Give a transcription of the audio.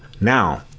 Now